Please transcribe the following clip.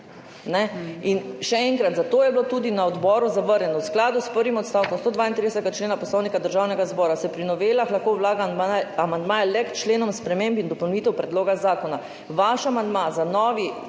Še enkrat, zato je bilo tudi na odboru zavrnjeno: »V skladu s prvim odstavkom 132. člena Poslovnika Državnega zbora se pri novelah lahko vlaga amandmaje le k členom sprememb in dopolnitev predloga zakona, vaš amandma za novi